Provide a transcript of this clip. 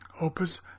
opus